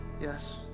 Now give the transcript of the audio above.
yes